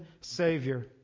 Savior